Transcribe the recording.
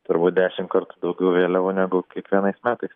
turbūt dešim kartų daugiau vėliavų negu kiekvienais metais